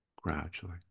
gradually